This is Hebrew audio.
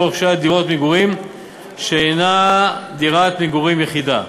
רוכשי דירת מגורים שאינה דירת מגורים יחידה.